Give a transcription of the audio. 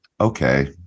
okay